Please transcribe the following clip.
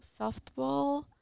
softball